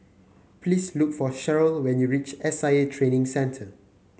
please look for Sharyl when you reach S I A Training Centre